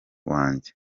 wanjye